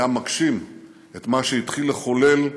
והיה מגשים את מה שהתחיל לחולל בלונדון,